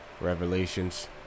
Revelations